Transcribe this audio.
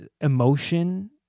emotion